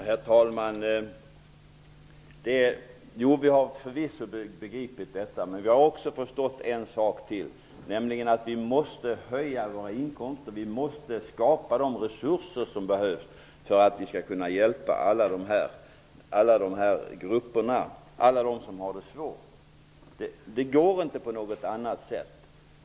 Herr talman! Jo, vi har förvisso begripit detta. Men vi har förstått en sak till, nämligen att vi måste höja våra inkomster, att vi måste skapa de resurser som behövs för att vi skall kunna hjälpa alla dessa grupper, alla dem som har det svårt. Det går inte på något annat sätt.